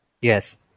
Yes